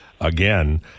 again